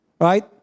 Right